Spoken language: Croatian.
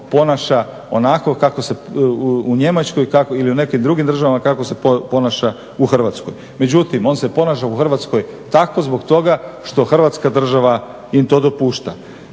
ponaša onako kako se u Njemačkoj ili u nekim drugim državama kako se ponaša u Hrvatskoj. Međutim on se ponaša u Hrvatskoj tako zbog toga što Hrvatska država im to dopušta.